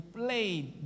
played